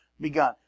begun